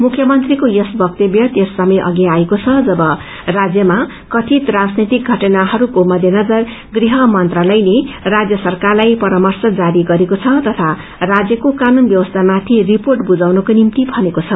मुख्यमन्त्रीको यस वक्तव्य त्यस समय अघि आएको छ जब राज्यमा कथित राजनैतिक षटनाहरूको मध्यनजर गृह मन्त्रालयले राज्य सरकारलाई परामर्श जारी गरेको छ तथा राज्यको कानून व्यवस्थामाथि रिपोर्ट बुझाउनको निम्ति भनेको छ